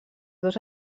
dos